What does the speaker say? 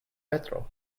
petro